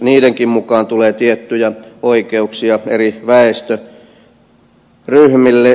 senkin mukaan tulee tiettyjä oikeuksia eri väestöryhmille